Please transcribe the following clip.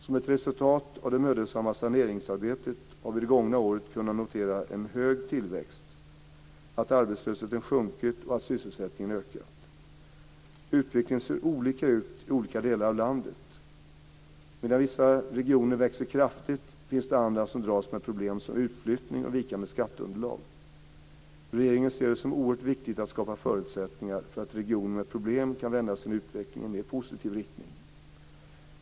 Som ett resultat av det mödosamma saneringsarbetet har vi det gångna året kunnat notera en hög tillväxt, att arbetslösheten sjunkit och att sysselsättningen ökat. Utvecklingen ser olika ut i olika delar av landet. Medan vissa regioner växer kraftigt, finns det andra som dras med problem som utflyttning och vikande skatteunderlag. Regeringen ser det som oerhört viktigt att skapa förutsättningar för att regioner med problem kan vända sin utveckling i mer positiv riktning.